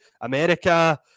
america